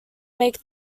make